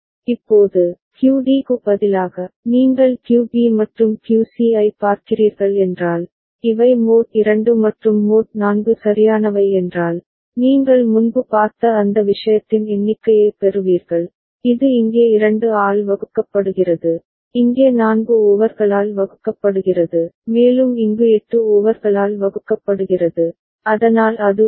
இப்போது QD க்கு பதிலாக நீங்கள் QB மற்றும் QC ஐப் பார்க்கிறீர்கள் என்றால் இவை மோட் 2 மற்றும் மோட் 4 சரியானவை என்றால் நீங்கள் முன்பு பார்த்த அந்த விஷயத்தின் எண்ணிக்கையைப் பெறுவீர்கள் இது இங்கே 2 ஆல் வகுக்கப்படுகிறது இங்கே 4 ஓவர்களால் வகுக்கப்படுகிறது மேலும் இங்கு 8 ஓவர்களால் வகுக்கப்படுகிறது அதனால் அது 1